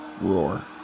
roar